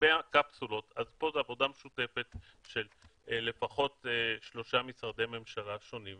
לגבי הקפסולות פה זה עבודה משותפת של לפחות שלושה משרדי ממשלה שונים,